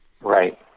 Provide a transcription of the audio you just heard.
Right